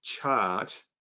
chart